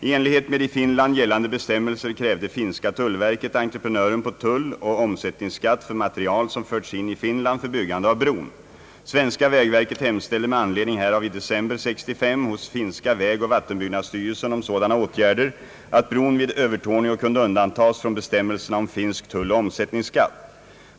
I enlighet med i Finland gällande bestämmelser krävde finska tullverket entreprenören på tull och omsättningsskatt för material som förts in i Finland för byggande av bron. Svenska vägverket hemställde med anledning härav i december 1965 hos finska vägoch vattenbyggnadsstyrelsen om sådana åtgärder att bron vid Övertorneå kunde undantas från bestämmelserna om finsk tull och omsättningsskatt.